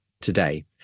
today